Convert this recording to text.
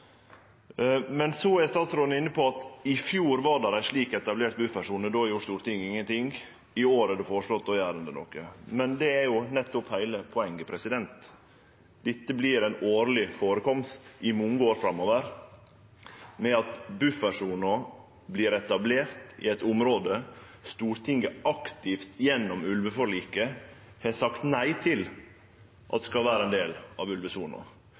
er inne på at i fjor vart det etablert ei slik buffersone, og då gjorde Stortinget ingenting. I år er det føreslått å gjere noko med det. Det er nettopp heile poenget. Dette kjem til å førekomme årleg i mange år framover ved at buffersona vert etablert i eit område Stortinget aktivt gjennom ulveforliket har sagt nei til skal vere ein del av ulvesona.